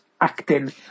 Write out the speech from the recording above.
acting